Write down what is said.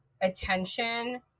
attention